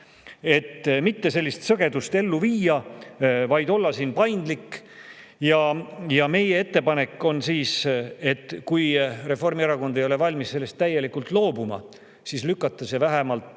Et mitte sellist sõgedust ellu viia, vaid olla paindlik, on meie ettepanek, et kui Reformierakond ei ole valmis sellest täielikult loobuma, siis lükata see vähemalt